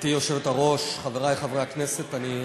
תודה רבה, חברת הכנסת עזריה.